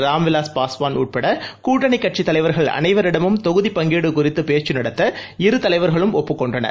ராம் விவாஸ் பாஸ்வான் உட்பட கூட்டணி கட்சித் தலைவர்கள் அனைவரிடமும் தொகுதி பங்கீடு குறித்து பேச்சு நடத்த இரு தலைவர்களும் ஒப்புக் கொண்டனர்